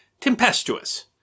tempestuous